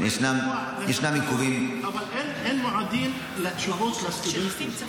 אבל אין מועדים לתשובות של הסטודנטים.